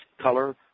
color